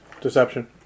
Deception